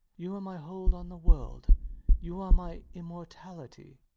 you are my hold on the world you are my immortality.